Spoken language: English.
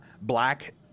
black